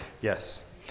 Yes